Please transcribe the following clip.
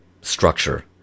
structure